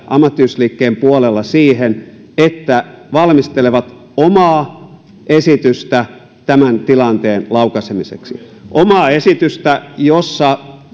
ammattiyhdistysliikkeen puolella siihen että valmistelevat omaa esitystä tämän tilanteen laukaisemiseksi omaa esitystä jossa